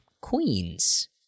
Queens